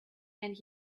and